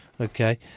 Okay